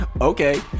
okay